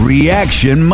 Reaction